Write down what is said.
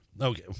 Okay